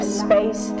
space